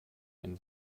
den